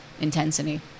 intensity